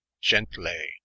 gently